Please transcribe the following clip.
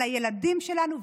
על הילדים שלנו,